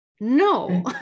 No